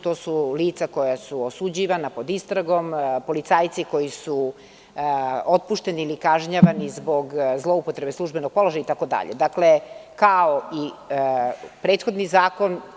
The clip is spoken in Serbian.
To su lica koja su osuđivana, pod istragom, policajci koji su otpušteni ili kažnjavani zbog zloupotrebe službenog položaja itd, dakle, kao i prethodni zakon.